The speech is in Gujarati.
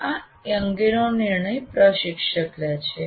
આ અંગેનો નિર્ણય પ્રશિક્ષક લે છે